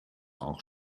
auch